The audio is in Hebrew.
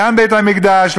בבניין בית-המקדש,